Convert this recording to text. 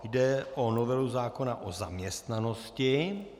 Jde o novelu zákona o zaměstnanosti.